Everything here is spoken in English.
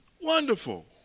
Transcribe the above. Wonderful